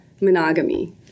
monogamy